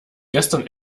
gestern